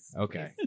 Okay